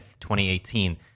2018